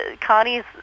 Connie's